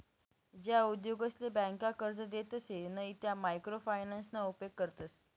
ज्या उद्योगसले ब्यांका कर्जे देतसे नयी त्या मायक्रो फायनान्सना उपेग करतस